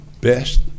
best